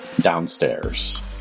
downstairs